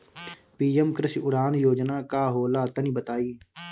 PM कृषि उड़ान योजना का होला तनि बताई?